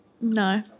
No